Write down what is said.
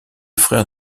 frère